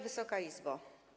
Wysoka Izbo!